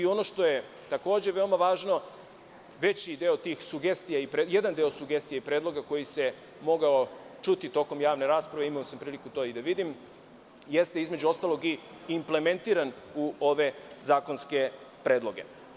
Ono što je takođe veoma važno jedna deo tih sugestija i predloga koji se mogao čuti tokom javne rasprave, imao sam priliku da to i vidim, jeste, između ostalog i implementiran u ove zakonske predloge.